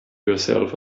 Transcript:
yourself